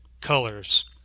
colors